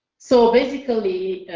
so basically,